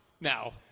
Now